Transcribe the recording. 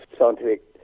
scientific